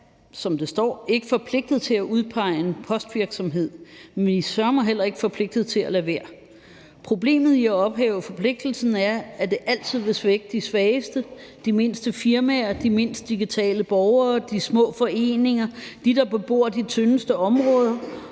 som der står, ikke forpligtet til at udpege en postvirksomhed, men vi er søreme heller ikke forpligtet til at lade være. Problemet ved at ophæve forpligtelsen er, at det altid vil svække de svageste – de mindste firmaer, de mindst digitale borgere, de små foreninger, de tyndest beboede områder.